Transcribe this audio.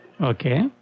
Okay